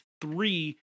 three